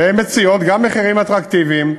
וגם הן מציעות מחירים אטרקטיביים,